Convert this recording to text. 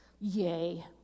Yay